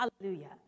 Hallelujah